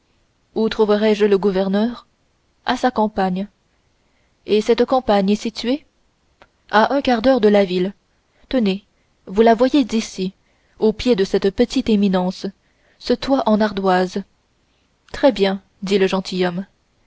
où trouverai-je le gouverneur à sa campagne et cette campagne est située à un quart de lieue de la ville tenez vous la voyez d'ici au pied de cette petite éminence ce toit en ardoises très bien dit le